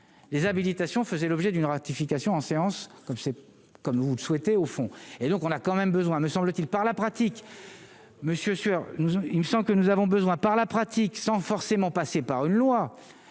les habilitations faisait l'objet d'une ratification en séance comme c'est comme vous le souhaitez, au fond, et donc on a quand même besoin, me semble-t-il, par la pratique monsieur sur nous on him sans que nous avons besoin, par la pratique, sans forcément passer par une loi,